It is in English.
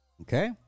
Okay